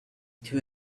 too